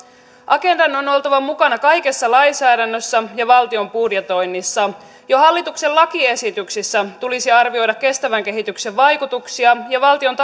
agendan on oltava mukana kaikessa lainsäädännössä ja valtion budjetoinnissa jo hallituksen lakiesityksissä tulisi arvioida kestävän kehityksen vaikutuksia ja valtion